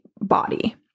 body